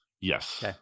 Yes